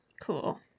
Cool